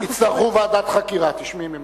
יצטרכו ועדת חקירה, תשמעי ממני.